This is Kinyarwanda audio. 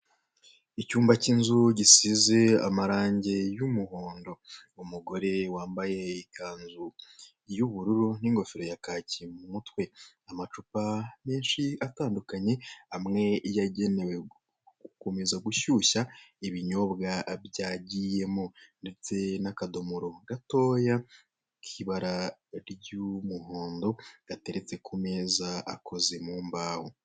Icyumba cy'inzu gisize amarange y'umuhondo umugore wambaye ikanzu y'ubururu n'ingofero ya kaki ku mutwe, amacupa menshi atandukanye amwe yagenewe gukomeza gushyushya ibinyobwa byagiyemo ndetse n'akadomoro gatoya k'ibara ry'umuhondo gateretse ku meza akoze mu mbaho.